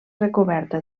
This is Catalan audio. recoberta